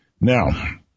Now